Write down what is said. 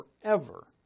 forever